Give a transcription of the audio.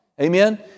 Amen